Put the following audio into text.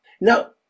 Now